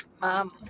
Mom